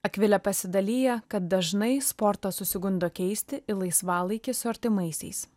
akvilė pasidalija kad dažnai sportą susigundo keisti į laisvalaikį su artimaisiais